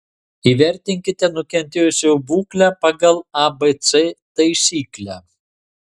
įvertinkite nukentėjusiojo būklę pagal abc taisyklę